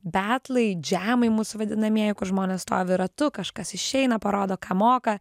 betlai džemai mus vadinamieji kur žmonės stovi ratu kažkas išeina parodo ką moka